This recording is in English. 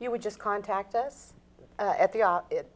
you would just contact us at the i